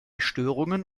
störungen